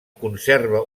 conserva